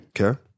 Okay